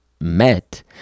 met